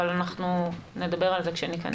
אבל נדבר על זה כשניכנס לפרטים.